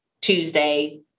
Tuesday